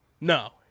No